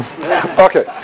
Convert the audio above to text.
Okay